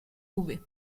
roubaix